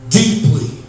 deeply